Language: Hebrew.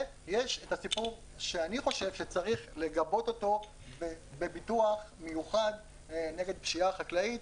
ויש הסיפור שאני חושב שצריך לגבות אותו בביטוח מיוחד נגד פשיעה חקלאית.